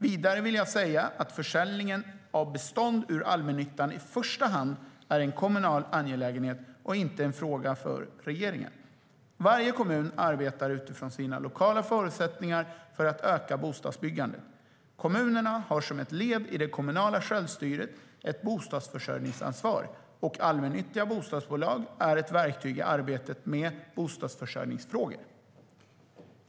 Vidare vill jag säga att försäljningen av bestånd ur allmännyttan i första hand är en kommunal angelägenhet och inte en fråga för regeringen. Varje kommun arbetar utifrån sina lokala förutsättningar för att öka bostadsbyggandet. Kommunerna har som ett led i det kommunala självstyret ett bostadsförsörjningsansvar, och allmännyttiga bostadsbolag är ett verktyg i arbetet med bostadsförsörjningsfrågor.